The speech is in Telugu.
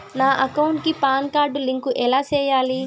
నా అకౌంట్ కి పాన్ కార్డు లింకు ఎలా సేయాలి